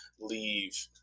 leave